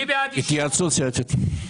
התייעצות סיעתית.